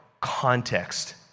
context